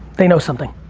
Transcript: they know something.